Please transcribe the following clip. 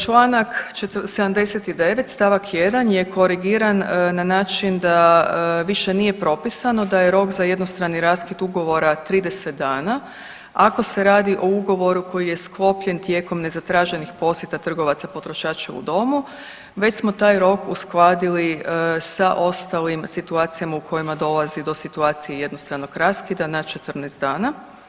Članak 79. stavak 1. je korigiran na način da više nije propisano da je rok za jednostrani raskid ugovora 30 dana ako se radi o ugovoru koji je sklopljen tijekom nezatraženih posjeta trgovaca potrošača u domu već smo taj rok uskladili sa ostalim situacijama u kojima dolazi do situacije jednostranog raskida na 14 dana.